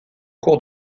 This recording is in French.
cours